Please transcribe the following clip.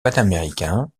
panaméricains